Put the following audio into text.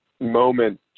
moment